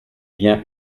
bien